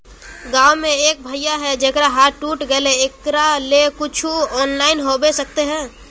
गाँव में एक भैया है जेकरा हाथ टूट गले एकरा ले कुछ ऑनलाइन होबे सकते है?